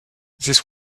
this